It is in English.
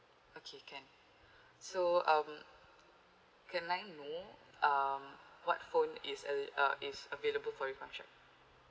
okay can so um can I know um what phone is el~ uh is available for recontract